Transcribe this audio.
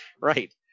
Right